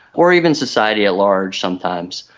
or even society at large sometimes.